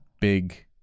big